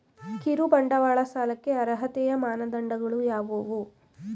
ಕಿರುಬಂಡವಾಳ ಸಾಲಕ್ಕೆ ಅರ್ಹತೆಯ ಮಾನದಂಡಗಳು ಯಾವುವು?